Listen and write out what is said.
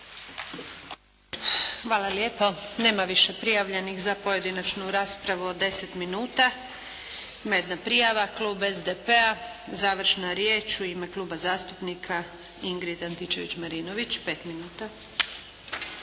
Hvala lijepo. Nema više prijavljenih za pojedinačnu raspravu od 10 minuta. Ima jedna prijava Klub SDP-a, završna riječ. U ime Kluba zastupnika Ingrid Antičević-Marinović, 5 minuta.